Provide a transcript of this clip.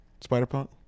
Spider-Punk